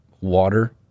water